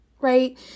Right